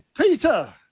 peter